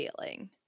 feeling